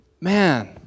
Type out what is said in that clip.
man